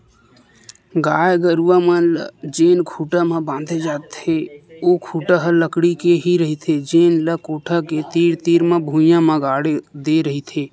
गाय गरूवा मन ल जेन खूटा म बांधे जाथे ओ खूटा ह लकड़ी के ही रहिथे जेन ल कोठा के तीर तीर म भुइयां म गाड़ दे रहिथे